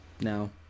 No